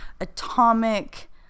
atomic